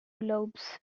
lobes